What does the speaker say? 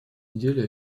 неделе